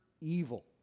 evil